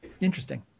Interesting